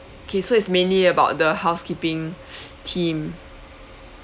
okay so is mainly about the housekeeping team